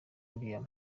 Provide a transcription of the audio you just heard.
william